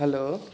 hello